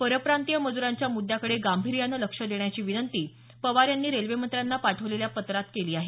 परप्रांतीय मज्रांच्या मृद्याकडे गांभीर्यानं लक्ष देण्याची विनंती पवार यांनी रेल्वेमंत्र्यांना पाठवलेल्या पत्रात केली आहे